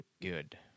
good